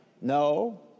no